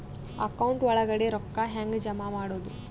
Account ಒಳಗಡೆ ರೊಕ್ಕ ಹೆಂಗ್ ಜಮಾ ಮಾಡುದು?